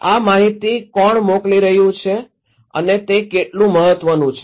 આ માહિતી કોણ મોકલી રહ્યું છે અને તે કેટલું મહત્વનું છે